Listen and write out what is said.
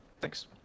Thanks